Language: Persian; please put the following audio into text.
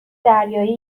دریایی